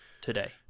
today